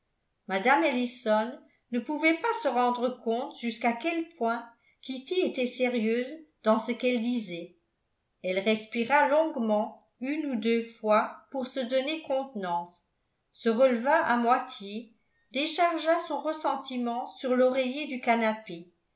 mme ellison ne pouvait pas se rendre compte jusqu'à quel point kitty était sérieuse dans ce qu'elle disait elle respira longuement une ou deux fois pour se donner contenance se releva à moitié déchargea son ressentiment sur l'oreiller du canapé